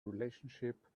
relationship